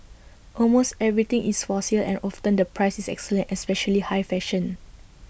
almost everything is for sale and often the price is excellent especially high fashion